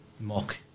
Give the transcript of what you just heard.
mock